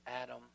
Adam